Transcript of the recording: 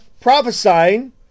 prophesying